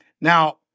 Now